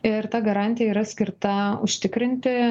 ir ta garantija yra skirta užtikrinti